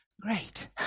great